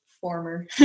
former